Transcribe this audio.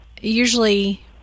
Usually